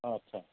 आटसा